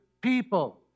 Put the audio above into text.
people